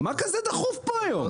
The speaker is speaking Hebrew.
מה כזה דחוף פה היום?